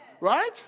Right